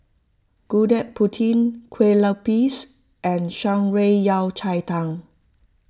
Gudeg Putih Kueh Lupis and Shan Rui Yao Cai Tang